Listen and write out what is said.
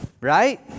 Right